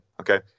okay